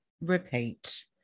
repeat